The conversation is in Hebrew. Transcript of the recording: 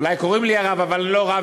אולי קוראים לי "הרב", אבל אני לא רב.